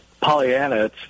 Pollyanna